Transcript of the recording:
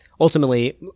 ultimately